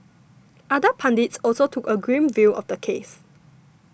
other pundits also took a grim view of the case